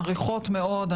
מעריכות מאוד,